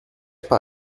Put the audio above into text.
par